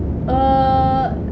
err